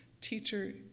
Teacher